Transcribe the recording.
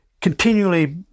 continually